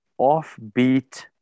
offbeat